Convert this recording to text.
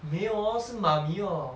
没有 lor 是 mummy hor